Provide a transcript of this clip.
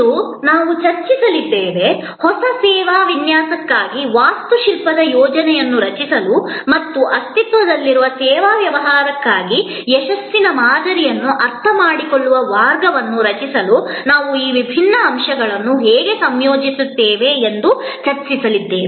ಇಂದು ನಾವು ಹೊಸ ಸೇವಾ ವಿನ್ಯಾಸಕ್ಕಾಗಿ ವಾಸ್ತುಶಿಲ್ಪದ ಯೋಜನೆಯನ್ನು ರಚಿಸಲು ಅಥವಾ ಅಸ್ತಿತ್ವದಲ್ಲಿರುವ ಸೇವಾ ವ್ಯವಹಾರಕ್ಕಾಗಿ ಯಶಸ್ಸಿನ ಮಾದರಿಯನ್ನು ಅರ್ಥಮಾಡಿಕೊಳ್ಳುವ ಮಾರ್ಗವನ್ನು ರಚಿಸಲು ನಾವು ಈ ವಿಭಿನ್ನ ಅಂಶಗಳನ್ನು ಹೇಗೆ ಸಂಯೋಜಿಸುತ್ತೇವೆ ಎಂದು ಚರ್ಚಿಸಲಿದ್ದೇವೆ